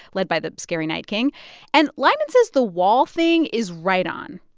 led by the scary night king and lyman says the wall thing is right on.